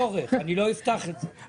אני לא אפתח את זה.